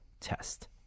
test